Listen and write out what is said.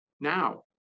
now